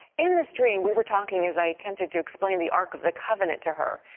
in this dream we were talking as i attempted to explain the ark of the covenant to her.